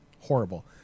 horrible